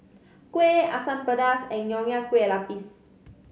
kuih Asam Pedas and Nonya Kueh Lapis